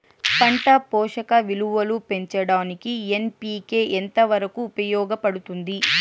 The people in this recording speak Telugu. పంట పోషక విలువలు పెంచడానికి ఎన్.పి.కె ఎంత వరకు ఉపయోగపడుతుంది